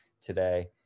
today